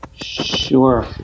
Sure